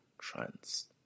trans